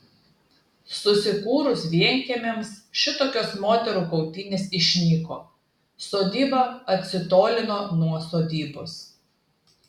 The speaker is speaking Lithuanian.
susikūrus vienkiemiams šitokios moterų kautynės išnyko sodyba atsitolino nuo sodybos